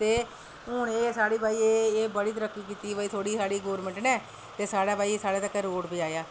ते हून भई एह् साढ़ी बड़ी तरक्की कीती दी साढ़ी थोह्ड़ी गौरमेंट नै ते साढ़े भई साढ़े तक्कर रोड़ पुजाया